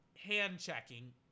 hand-checking